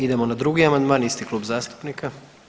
Idemo na 2. amandman, isti klub zastupnika.